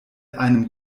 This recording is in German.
einem